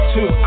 Two